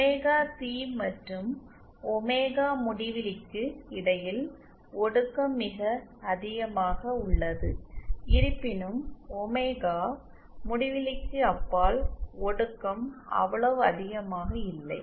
omega C மற்றும் omega முடிவிலிக்கு இடையில் ஒடுக்கம் மிக அதிகமாக உள்ளது இருப்பினும் ஒமேகா முடிவிலிக்கு அப்பால் ஒடுக்கம் அவ்வளவு அதிகமாக இல்லை